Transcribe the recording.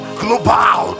global